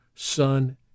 son